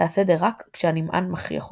תעשה את זה רק כשהנמען מכריח אותך.